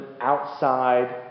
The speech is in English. outside